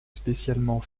spécialement